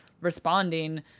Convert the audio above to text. responding